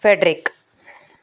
Frederick